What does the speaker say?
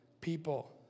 people